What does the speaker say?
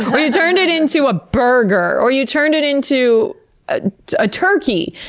but you turned it into a burger, or you turned it into a turkey,